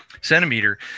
centimeter